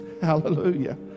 Hallelujah